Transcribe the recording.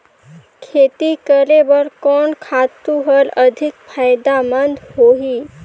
खेती करे बर कोन खातु हर अधिक फायदामंद होही?